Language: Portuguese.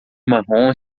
marrom